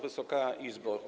Wysoka Izbo!